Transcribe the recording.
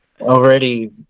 Already